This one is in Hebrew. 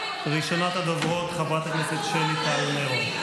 ראשונת הדוברות, חברת הכנסת שלי טל מירון.